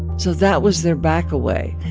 so that was their back-away.